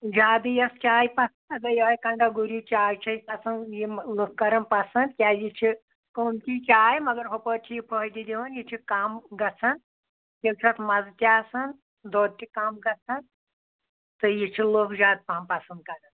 زیادٕ یۄس چاے پَسنٛد سۄ گٔے یِہَے کَنٛڈا گوٗری چاے چھِ اَسہِ پسنٛد یِم لُکھ کَران پسنٛد کیٛازِ یہِ چھِ قۭمتی چاے مگر ہُپٲرۍ چھِ یہِ فٲیدٕ دِوان یہِ چھِ کَم گژھان تیٚلہِ چھُ اتھ مَزٕ تہِ آسان دۄد تہِ کَم گژھان تہٕ یہِ چھِ لُکھ زیادٕ پَہَم پَسنٛد کَران